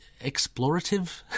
explorative